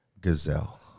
Gazelle